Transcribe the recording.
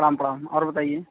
प्रणाम प्रणाम और बताइए